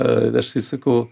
a aš tai sakau